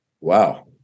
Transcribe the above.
wow